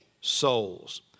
souls